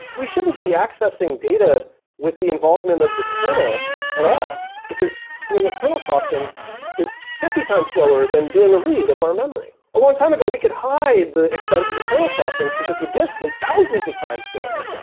we shouldn't be accessing data with the involvement of the kernel at all, because doing a kernel crossing is fifty times slower than doing a read of our memory. a long time ago, we could hide the expense of the kernel crossings because the disk was thousands of times slower,